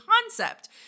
concept